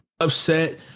upset